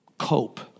Cope